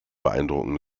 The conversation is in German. beeindrucken